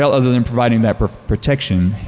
other than providing the protection.